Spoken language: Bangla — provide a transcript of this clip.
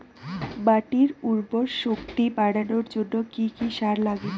মাটির উর্বর শক্তি বাড়ানোর জন্য কি কি সার লাগে?